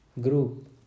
group